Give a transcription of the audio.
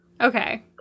Okay